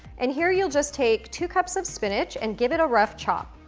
and here you'll just take two cups of spinach and give it a rough chop.